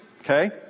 okay